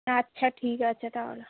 আচ্ছা ঠিক আছে তাহলে